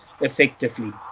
effectively